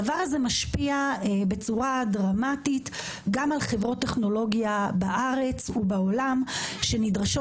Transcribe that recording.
הדבר הזה משפיע בצורה דרמטית גם על חברות טכנולוגיה בארץ ובעולם שנדרשות